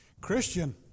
Christian